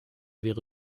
wäre